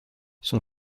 son